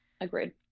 agreed